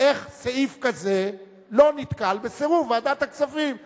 איך סעיף כזה לא נתקל בסירוב ועדת הכספים להעברה?